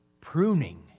pruning